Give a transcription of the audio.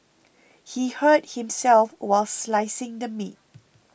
he hurt himself while slicing the meat